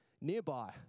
nearby